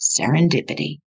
Serendipity